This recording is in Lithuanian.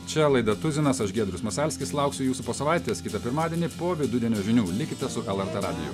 čia laida tuzinas aš giedrius masalskis lauksiu jūsų po savaitės kitą pirmadienį po vidudienio žinių likite su lrt radiju